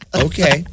Okay